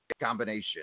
combination